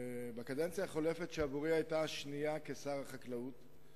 בקדנציה החולפת, שעבורי היתה השנייה כשר החקלאות,